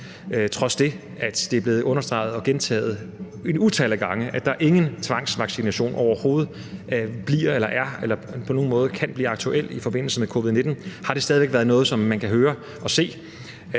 Trods det, at det er blevet understreget og gentaget et utal af gange, at ingen tvangsvaccination overhovedet er eller bliver eller på nogen måde kan blive aktuel i forbindelse med covid-19, har det stadig væk været noget, som man har kunnet høre og se